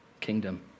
kingdom